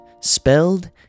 Spelled